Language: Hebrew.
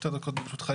שתי דקות ברשותך,